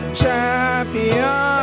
champion